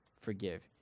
forgive